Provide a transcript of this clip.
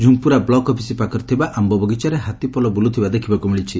ଝୁଖୁରା block office ପାଖରେ ଥିବା ଆଯ୍ ବଗିଚାରେ ହାତୀପଲ ବୁଲ୍ବଥିବା ଦେଖିବାକୁ ମିଳିଛି